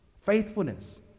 faithfulness